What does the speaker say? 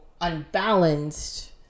unbalanced